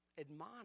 Admonish